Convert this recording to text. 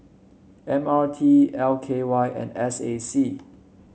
M R T L K Y and S A C